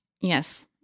Yes